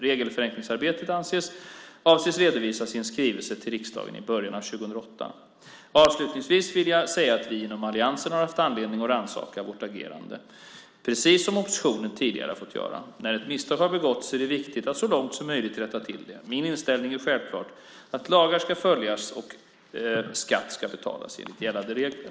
Regelförenklingsarbetet avses redovisas i en skrivelse till riksdagen i början av 2008. Avslutningsvis vill jag säga att vi inom alliansen har haft anledning att rannsaka vårt agerande precis som oppositionen tidigare har fått göra. När ett misstag har begåtts är det viktigt att så långt som det är möjligt rätta till det. Min inställning är självklart att lagar ska följas och skatt ska betalas enligt gällande regler.